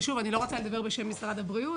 ושוב, אני לא רוצה לדבר בשם משרד הבריאות.